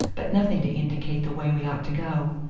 but nothing to indicate the way we ought to go.